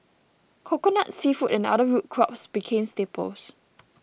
Coconut Seafood and other root crops became staples